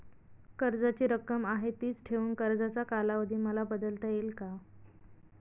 कर्जाची रक्कम आहे तिच ठेवून कर्जाचा कालावधी मला बदलता येईल का?